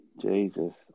Jesus